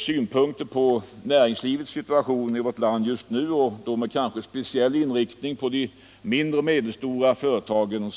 synpunkter på näringslivets situation i vårt land just nu och då kanske med speciell inriktning på de mindre och medelstora företagen.